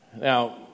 Now